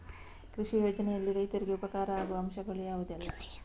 ಕೃಷಿ ಯೋಜನೆಯಲ್ಲಿ ರೈತರಿಗೆ ಉಪಕಾರ ಆಗುವ ಅಂಶಗಳು ಯಾವುದೆಲ್ಲ?